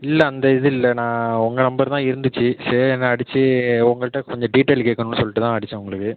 இல்லை அந்த இது இல்லை நான் உங்கள் நம்பர் தான் இருந்துச்சு சரின்னு அடித்து உங்கள்கிட்ட கொஞ்சம் டீட்டெய்ல் கேட்கணுன்னு சொல்லிட்டு தான் அடித்தேன் உங்களுக்கு